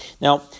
Now